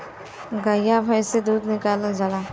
गइया भईस से दूध निकालल जाला